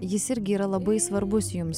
jis irgi yra labai svarbus jums